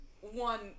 one